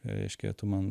reiškia tu man